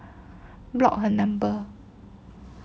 block her number